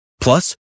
Plus